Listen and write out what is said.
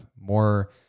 more